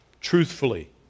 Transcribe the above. truthfully